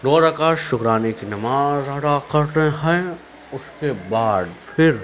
دو رکعت شُکرانے کی نماز ادا کرتے ہیں اُس کے بعد پھر